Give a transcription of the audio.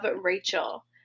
rachel